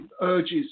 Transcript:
urges